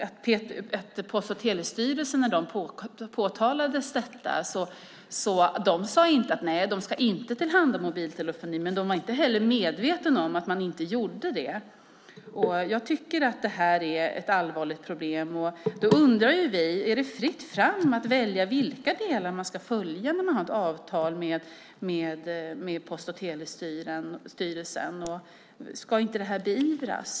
När detta påtalades för Post och telestyrelsen sade man inte att de inte ska tillhandahålla mobiltelefoni. De var inte heller medvetna om att man inte gjorde det. Jag tycker att det är ett allvarligt problem. Är det fritt fram att välja vilka delar man ska följa när man har ett avtal med Post och telestyrelsen? Ska inte detta beivras?